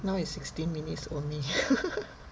now is sixteen minutes only